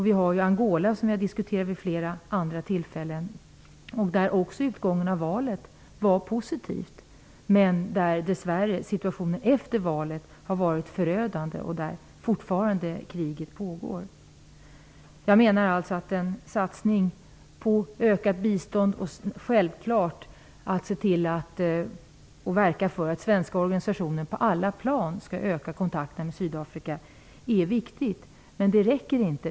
Vi har diskuterat Angola vid flera andra tillfällen. Där var också utgången av valet positiv, men situationen efter valet har dess värre varit förödande. Kriget pågår fortfarande. Jag menar att en satsning på ökat bistånd och självfallet på att verka för att svenska organisationer på alla plan skall öka kontakten med Sydafrika är viktig, men det räcker inte.